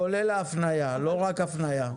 כולל ההפניה, לא רק הפניה.